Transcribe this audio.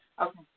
Okay